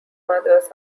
mothers